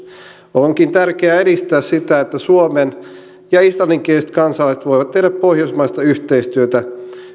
onkin tärkeää edistää sitä että suomen ja islanninkieliset kansalaiset voivat tehdä pohjoismaista yhteistyötä